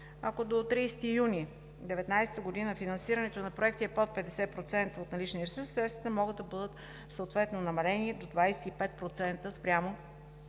ако до 30 юни 2019 г. финансирането на проекти е под 50% от наличния ресурс, средствата могат да бъдат съответно намалени до 25% спрямо